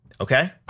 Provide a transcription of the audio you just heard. Okay